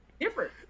different